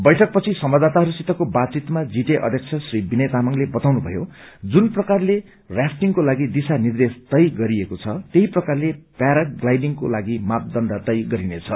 बैठकपछि संवाददाताहसंसितको बातचितमा जीटीए अध्यक्ष श्री विनय तामाङले बताउनु मयो जुन प्रकारले च्याफर्टिंगको लागि दिशा निर्देश तय गरिएको छ त्यही प्रकारले प्याराम्लाइडिंगको लागि मापदण्ड तय गरिनेछ